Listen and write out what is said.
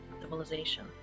civilization